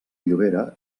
llobera